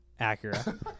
Acura